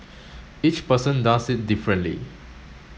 each person does it differently